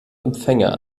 empfänger